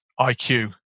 IQ